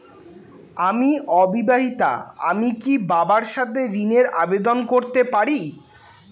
আমি অবিবাহিতা আমি কি বাবার সাথে ঋণের আবেদন করতে পারি?